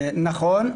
נכון.